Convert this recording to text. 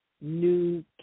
new